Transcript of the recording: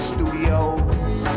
Studios